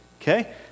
Okay